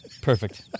Perfect